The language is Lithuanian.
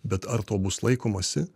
bet ar to bus laikomasi